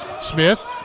Smith